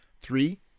Three